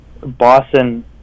Boston